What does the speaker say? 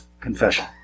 confession